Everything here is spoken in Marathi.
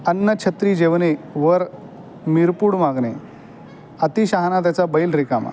अन्नछत्री जेवणे वर मिरपूड मागणे अतिशहाणा त्याचा बैल रिकामा